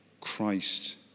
Christ